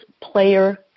player